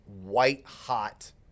white-hot